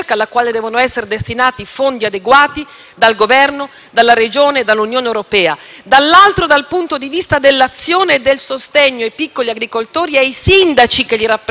dalla Regione e dall'Unione europea e, dall'altro, dal punto di vista dell'azione e del sostegno ai piccoli agricoltori e ai sindaci che li rappresentano. Per finire - questo oggi chiediamo con forza